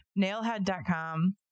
Nailhead.com